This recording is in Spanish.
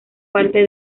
parte